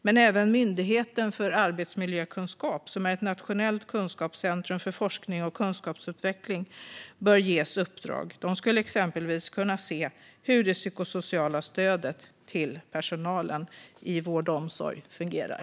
Men även Myndigheten för arbetsmiljökunskap, som är ett nationellt kunskapscentrum för forskning och kunskapsutveckling, bör ges uppdrag. De skulle exempelvis kunna se hur det psykosociala stödet till personalen i vård och omsorg fungerar.